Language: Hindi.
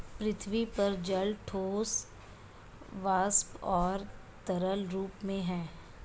पृथ्वी पर जल ठोस, वाष्प और तरल रूप में है